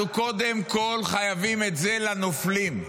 אנחנו, קודם כול, חייבים את זה לנופלים.